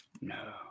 No